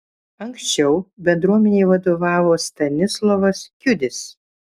anksčiau bendruomenei vadovavo stanislovas kiudis